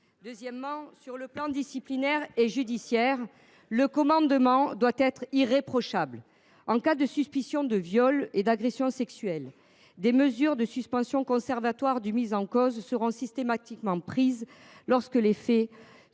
Deuxièmement, sur les plans disciplinaire et judiciaire, le commandement doit être irréprochable. En cas de suspicion de viol ou d’agression sexuelle, des mesures de suspension conservatoire du mis en cause seront systématiquement prises lorsque les faits